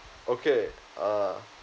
okay uh